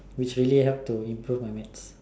which really help to improve my maths